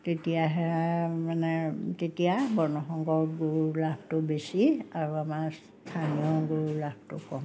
তেতিয়াহে মানে তেতিয়া বৰ্ণসংকৰ গৰুৰ লাভটো বেছি আৰু আমাৰ স্থানীয় গৰু লাভটো কম